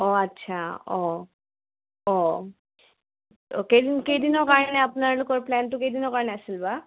অঁ আচ্ছা অঁ অঁ কেইদিন কেইদিনৰ কাৰণে আপোনালোকৰ প্লেনটো কেইদিনৰ কাৰণে আছিল বা